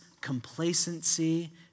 complacency